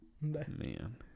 Man